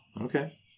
Okay